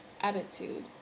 attitude